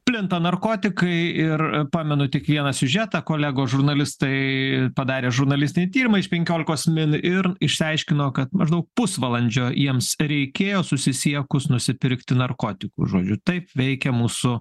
plinta narkotikai ir pamenu tik vieną siužetą kolegos žurnalistai padarė žurnalistinį tyrimą iš penkiolikos min ir išsiaiškino kad maždaug pusvalandžio jiems reikėjo susisiekus nusipirkti narkotikų žodžiu taip veikia mūsų